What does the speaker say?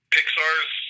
Pixar's